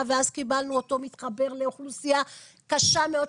ואז קיבלנו אותו מתחבר לאוכלוסייה קשה מאוד,